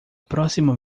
próxima